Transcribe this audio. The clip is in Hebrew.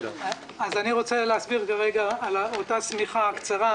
אני רוצה להסביר כרגע על אותה שמיכה קצרה,